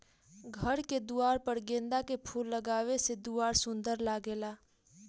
घर के दुआर पर गेंदा के फूल लगावे से दुआर सुंदर लागेला